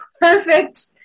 perfect –